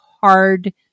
hard